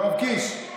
יואב קיש,